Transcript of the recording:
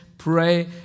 pray